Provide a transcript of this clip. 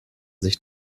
sich